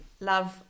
love